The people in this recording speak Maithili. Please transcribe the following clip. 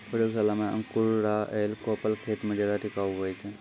प्रयोगशाला मे अंकुराएल कोपल खेत मे ज्यादा टिकाऊ हुवै छै